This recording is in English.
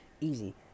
easy